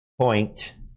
point